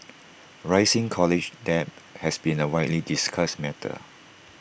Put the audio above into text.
rising college debt has been A widely discussed matter